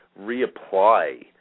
reapply